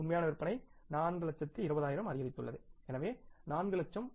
உண்மையான விற்பனை 4 லட்ச்சத்தில் 20 ஆயிரம் அதிகரித்துள்ளது எனவே 4 லட்சம்